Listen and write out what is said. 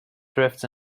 drifts